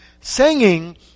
singing